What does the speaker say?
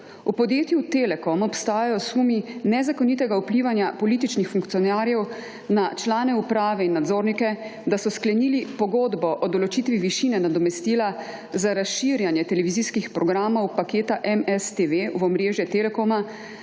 O podjetju Telekom obstajajo sumi nezakonitega vplivanja političnih funkcionarjev na člane uprave in nadzornike, da so sklenili pogodbo o določitvi višine nadomestila za razširjanje televizijskih programov paketa MS TV v omrežje Telekoma,